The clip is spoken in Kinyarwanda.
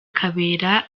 kabera